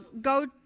go